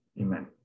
Amen